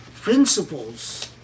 principles